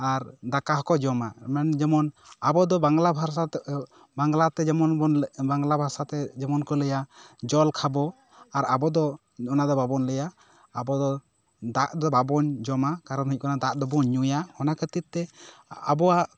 ᱟᱨ ᱫᱟᱠᱟ ᱦᱚᱠᱚ ᱡᱚᱢᱟ ᱡᱮᱢᱚᱱ ᱟᱵᱚ ᱫᱚ ᱵᱟᱝᱞᱟ ᱵᱷᱟᱥᱟ ᱛᱮ ᱡᱮᱢᱚᱱᱵᱚᱱ ᱡᱮᱢᱚᱱ ᱠᱚ ᱞᱟᱹᱭᱟ ᱡᱚᱞ ᱠᱷᱟᱵᱚ ᱟᱨ ᱟᱵᱚ ᱫᱚ ᱚᱱᱟ ᱫᱚ ᱵᱟᱵᱚᱱ ᱞᱟᱹᱭᱟ ᱟᱵᱚ ᱫᱚ ᱫᱟᱜ ᱫᱚ ᱵᱟᱵᱚᱱ ᱡᱚᱢᱟ ᱠᱟᱨᱚᱱ ᱦᱩᱭᱩᱜ ᱠᱟᱱᱟ ᱫᱟᱜ ᱫᱚᱵᱚᱱ ᱧᱩᱭᱟ ᱚᱱᱟ ᱠᱷᱟᱹᱛᱤᱨ ᱛᱮ ᱟᱵᱚᱣᱟᱜ